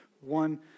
one